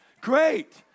Great